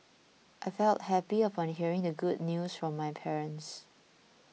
I felt happy upon hearing the good news from my parents